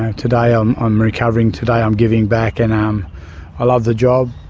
um today um ah i'm recovering, today i'm giving back. and um i love the job.